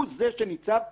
הוא זה שניצב בפרונט.